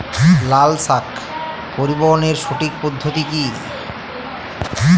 লালশাক পরিবহনের সঠিক পদ্ধতি কি?